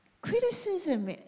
criticism